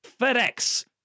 FedEx